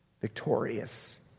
victorious